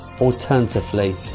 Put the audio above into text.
alternatively